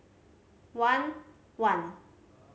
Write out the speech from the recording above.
one one